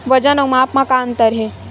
वजन अउ माप म का अंतर हे?